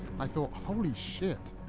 i thought, holy shit,